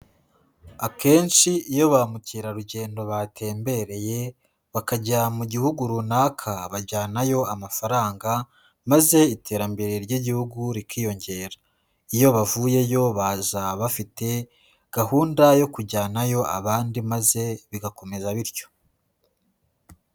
Akenshi iyo ba mukerarugendo batembereye bakajya mu gihugu runaka bajyanayo amafaranga, maze iterambere ry'igihugu rikiyongera, iyo bavuyeyo baza bafite gahunda yo kujyanayo abandi maze bigakomeza bityo.